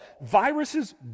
Viruses